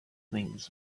things